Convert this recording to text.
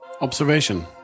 Observation